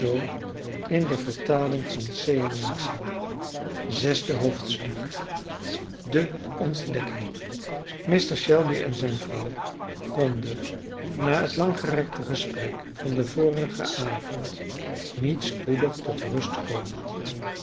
zesde hoofdstuk de ontdekking mr shelby en zijne vrouw konden na het langgerekte gesprek van den vorigen avond niet spoedig tot rust komen